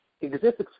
exists